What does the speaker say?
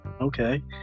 okay